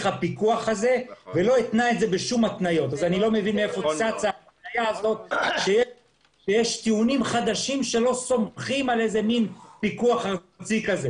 איך צץ שיש טיעונים חדשים שלא סומכים על פיקוח ארצי כזה.